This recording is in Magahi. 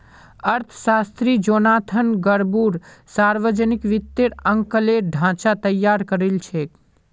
अर्थशास्त्री जोनाथन ग्रुबर सावर्जनिक वित्तेर आँकलनेर ढाँचा तैयार करील छेक